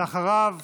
ואחריו